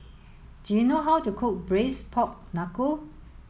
do you know how to cook braised pork knuckle